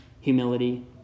humility